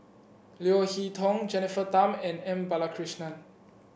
Leo Hee Tong Jennifer Tham and M Balakrishnan